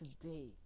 today